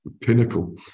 pinnacle